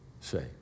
say